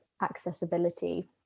accessibility